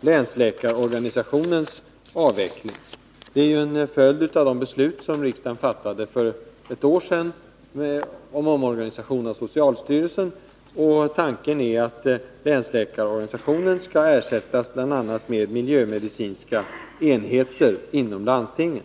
länsläkarorganisationens avveckling. Den är en följd av det beslut som riksdagen fattade för ett år sedan beträffande omorgani sation av socialstyrelsen. Tanken är att länsläkarorganisationen skall ersättas bl.a. med miljömedicinska enheter inom landstingen.